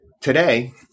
Today